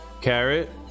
Carrot